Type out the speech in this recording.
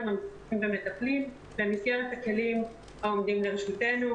מטפלים במסגרת הכלים העומדים לרשותנו.